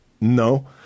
no